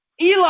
Eli